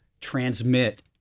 transmit